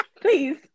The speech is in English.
please